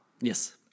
Yes